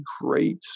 great